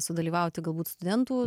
sudalyvauti galbūt studentų